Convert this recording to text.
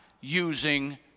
using